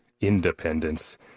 independence